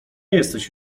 jesteś